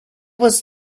was